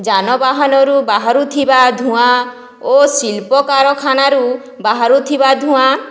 ଯାନବାହାନରୁ ବାହାରୁଥିବା ଧୂଆଁ ଓ ଶିଳ୍ପ କାରଖାନାରୁ ବାହାରୁଥିବା ଧୂଆଁ